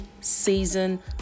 season